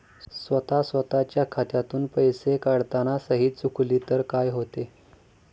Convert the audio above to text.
स्वतः स्वतःच्या खात्यातून पैसे काढताना सही चुकली तर काय होते?